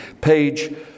Page